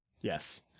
Yes